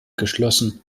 geschlossen